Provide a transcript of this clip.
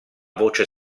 voce